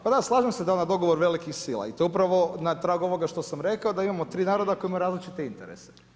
Pa da, slažem se da je ona dogovor velikih sila i to je upravo na tragu ovog što sam rekao, da imamo 3 naroda koji imaju različite interese.